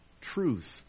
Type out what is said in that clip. truth